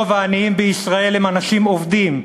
רוב העניים בישראל הם אנשים עובדים.